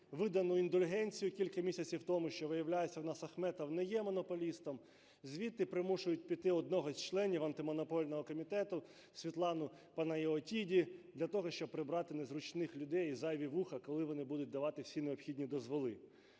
видану індульгенцію кілька місяців тому, що, виявляється, у нас Ахметов не є монополістом, звідти примушують піти одного з членів Антимонопольного комітету Світлану Панаіотіді для того, щоб прибрати незручних людей і зайві вуха, коли вони будуть давати всі необхідні дозволи.